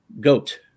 Goat